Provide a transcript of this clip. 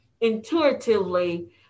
intuitively